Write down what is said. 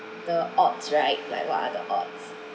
the odds right like what are the odds